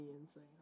insane